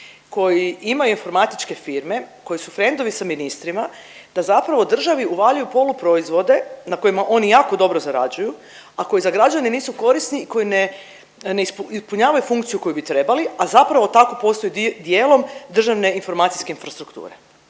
koji imaju informatičke firme, koji su frendovi sa ministrima da zapravo državi uvaljuju poluproizvode na kojima oni jako dobro zarađuju, a koji za građane nisu koristi, koji ne ispunjavaju funkciju koju bi trebali, a zapravo tak postaju dijelom državne informacijske infrastrukture?